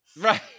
Right